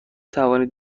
توانید